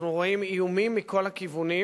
אנחנו רואים איומים מכל הכיוונים,